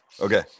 Okay